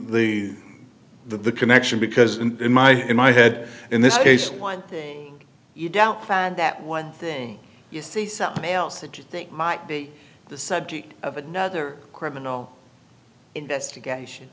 the the connection because in my in my head in this case one thing you don't find that one thing you see something else that you think might be the subject of another criminal investigation